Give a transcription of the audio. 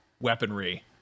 weaponry